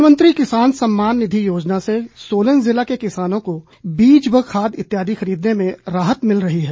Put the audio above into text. प्रधानमंत्री किसान सम्मान निधि योजना से सोलन ज़िला के किसानों को बीज व खाद इत्यादि खरीदने में राहत मिल रही है